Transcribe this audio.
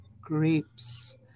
grapes